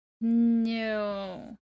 No